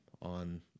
on